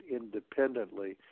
independently